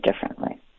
differently